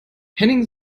henning